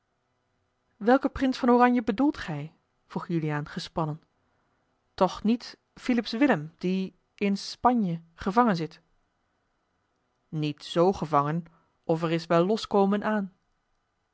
welken prins van oranje bedoelt gij vroeg juliaan gespannen toch niet philips willem die in spanje gevangen zit niet z gevangen of er is wel loskomen aan